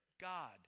God